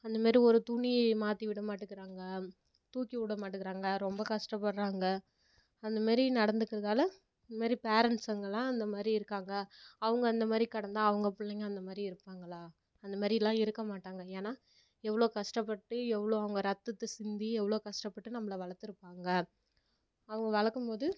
அந்த மாரி ஒரு துணி மாற்றி விட மாட்டேக்குறாங்க தூக்கி விட மாட்டேக்குறாங்க ரொம்ப கஷ்டப்பட்றாங்க அந்த மாரி நடந்துக்கிறதால இந்த மாரி பேரெண்ட்ஸ்ஸுங்கெல்லாம் அந்த மாதிரி இருக்காங்க அவங்க அந்த மாதிரி கிடந்தா அவங்க பிள்ளைங்க அந்த மாதிரி இருப்பாங்களா அந்த மாதிரில்லாம் இருக்க மாட்டாங்க ஏன்னால் எவ்வளோ கஷ்டப்பட்டு எவ்வளோ அவங்க ரத்தத்தை சிந்தி எவ்வளோ கஷ்டப்பட்டு நம்மள வளர்த்துருப்பாங்க அவங்க வளர்க்கும்போது